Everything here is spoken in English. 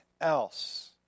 else